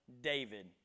David